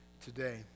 today